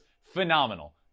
phenomenal